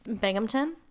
Binghamton